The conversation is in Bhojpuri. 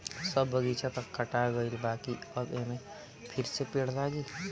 सब बगीचा तअ काटा गईल बाकि अब एमे फिरसे पेड़ लागी